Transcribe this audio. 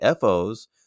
FOs